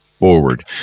forward